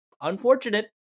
unfortunate